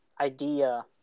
idea